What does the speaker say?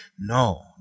No